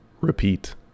Repeat